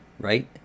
right